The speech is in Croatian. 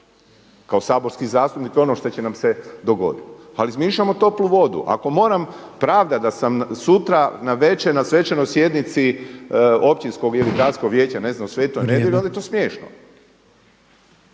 kao saborski zastupnik i ono što će nam se dogoditi. Ali izmišljamo toplu vodu. Ako moram pravdati da sam sutra navečer na svečanoj sjednici općinskog ili gradskog vijeća ne znam u Sveta Nedelji onda je to smiješno.